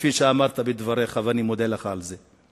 כפי שאמרת בדבריך, ואני מודה לך על זה.